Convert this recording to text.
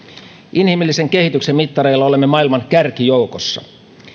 inhimillisen kehityksen mittareilla olemme maailman kärkijoukossa